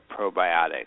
probiotics